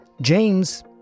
James